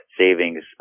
savings